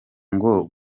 ngo